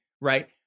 right